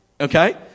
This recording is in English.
Okay